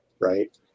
right